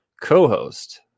co-host